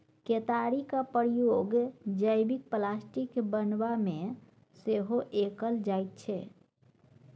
केतारीक प्रयोग जैबिक प्लास्टिक बनेबामे सेहो कएल जाइत छै